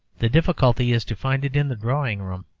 the difficulty is to find it in the drawing-room